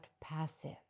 passive